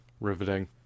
riveting